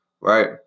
right